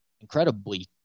incredibly